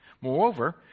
Moreover